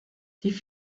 die